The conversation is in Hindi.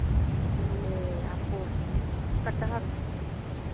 फिर आपको कटहल है